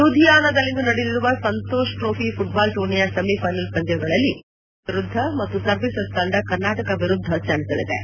ಲೂಧಿಯಾನದಲ್ಲಿಂದು ನಡೆಯಲಿರುವ Santosh trophy football ಟೂರ್ನಿಯ semifinal ಪಂದ್ಯಗಳಲ್ಲಿ ಪಂಜಾಬ್ ಗೋವಾ ವಿರುದ್ದ ಮತ್ತು ಸರ್ವಿಸಸ್ ತಂಡ ಕರ್ನಾಟಕ ವಿರುದ್ದ ಸೆಣೆಸಲಿವೆ